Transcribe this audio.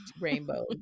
rainbow